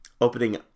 opening